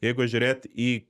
jeigu žiūrėt į